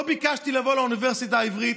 לא ביקשתי לבוא לאוניברסיטה העברית,